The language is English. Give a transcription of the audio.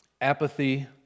apathy